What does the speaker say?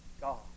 God